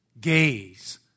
Gaze